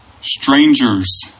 strangers